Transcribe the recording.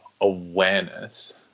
awareness